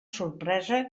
sorpresa